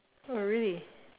oh really